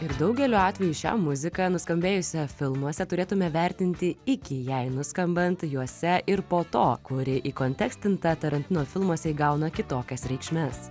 ir daugeliu atvejų šią muziką nuskambėjusią filmuose turėtume vertinti iki jai nuskambant juose ir po to kuri įkontekstinta tarantino filmuose įgauna kitokias reikšmes